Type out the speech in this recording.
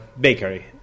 bakery